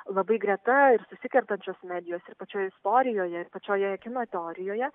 labai greta ir susikertančios medijos ir pačioje istorijoje pačioje kino teorijoje